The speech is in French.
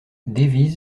davies